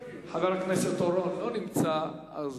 חבר הכנסת חיים אורון לא נמצא, אז